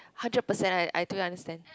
hundred percent I I do understand